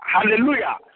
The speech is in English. Hallelujah